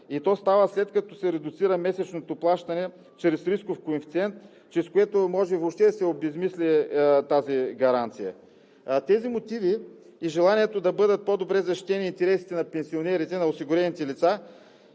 и то става, след като се редуцира месечното плащане чрез рисков коефициент, чрез което може въобще да се обезсмисли тази гаранция. Тези мотиви и желанието да бъдат по-добре защитени интересите на пенсионерите, на осигурените лица